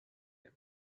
him